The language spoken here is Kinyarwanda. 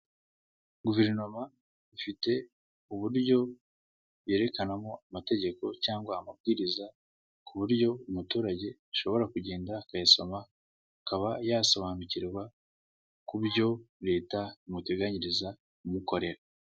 Guverinoma ifite uburyo yerekanamo amategeko cyangwa amabwiriza ku buryo umuturage ashobora kugenda akayasoma, akaba yasobanukirwa ku byo leta imuteganyiriza kumukorera.